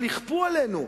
אבל יכפו עלינו,